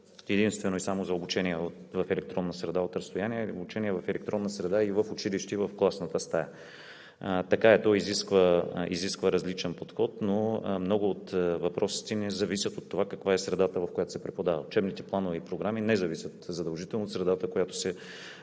единствено и само за обучение в електронна среда от разстояние, а обучение в електронна среда и в училище, и в класната стая. Така е – то изисква различен подход, но много от въпросите не зависят от това каква е средата, в която се преподава. Учебните планове и програми не зависят задължително от средата, в която се